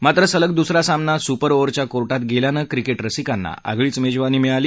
मात्र सलग दुसरा सामना सूपर ओव्हरच्या कोर्टात गेल्यानं क्रिकेट रसिकांना आगळीच मेजवानी मिळाली